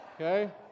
Okay